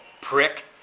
prick